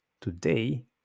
today